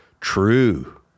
True